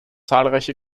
zahlreiche